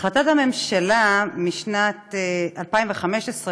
החלטת הממשלה משנת 2015,